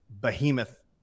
behemoth